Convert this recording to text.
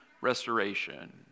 restoration